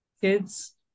kids